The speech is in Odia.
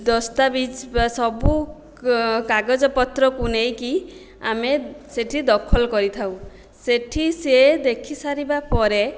ଦସ୍ତାବିଜ ବା ସବୁ କାଗଜପତ୍ରକୁ ନେଇକି ଆମେ ସେ'ଠି ଦଖଲ କରିଥାଉ ସେ'ଠି ସିଏ ଦେଖିସାରିବା ପରେ